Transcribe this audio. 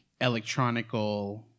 electronical